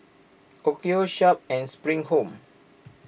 Onkyo Sharp and Spring Home